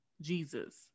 Jesus